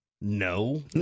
No